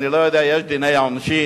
יש דיני עונשין,